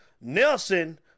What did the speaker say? Nelson